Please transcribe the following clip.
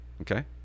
okay